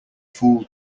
fool